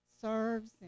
serves